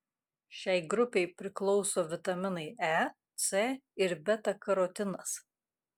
šiai grupei priklauso vitaminai e c ir beta karotinas